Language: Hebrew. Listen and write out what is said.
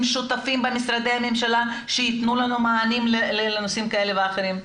שותפים במשרדי הממשלה שייתנו לנו מענים לנושאים כאלה ואחרים.